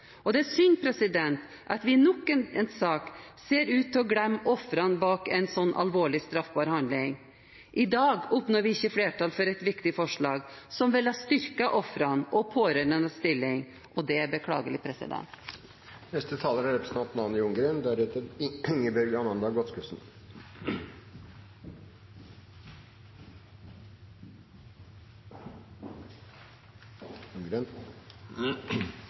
selv. Det er synd at vi i nok en sak ser ut til å glemme ofrene bak en så alvorlig straffbar handling. I dag oppnår vi ikke flertall for et viktig forslag som ville styrket ofrenes og pårørendes stilling. Det er beklagelig.